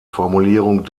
formulierung